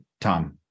Tom